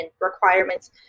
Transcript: requirements